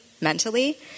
mentally